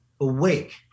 awake